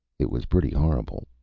it was pretty horrible.